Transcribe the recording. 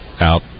out